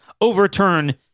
overturn